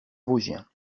vosgien